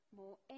more